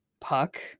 Puck